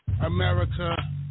America